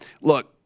look